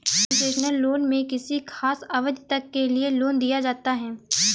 concessional loan में किसी खास अवधि तक के लिए लोन दिया जाता है